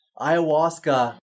Ayahuasca